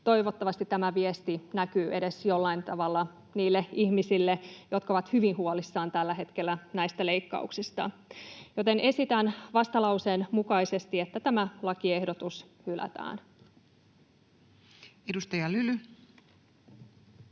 Toivottavasti tämä viesti näkyy edes jollain tavalla niille ihmisille, jotka ovat hyvin huolissaan tällä hetkellä näistä leikkauksista. Esitän vastalauseen mukaisesti, että tämä lakiehdotus hylätään. [Speech 161]